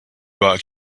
bought